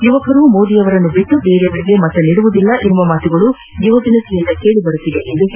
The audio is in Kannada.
ಯುವಕರು ಮೋದಿಯರನ್ನು ಬಿಟ್ಸು ಬೇರೆಯವರಿಗೆ ಮತ ನೀಡುವುದಿಲ್ಲವೆಂಬ ಮಾತುಗಳು ಯುವಜನರಿಂದ ಕೇಳಿಬರುತ್ತಿವೆ ಎಂದರು